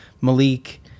Malik